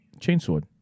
Chainsword